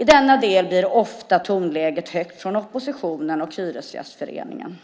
I denna del blir ofta tonläget högt från oppositionen och Hyresgästföreningen.